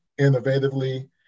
innovatively